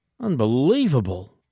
Unbelievable